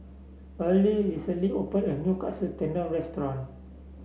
earle recently opened a new Katsu Tendon Restaurant